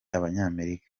abanyamerika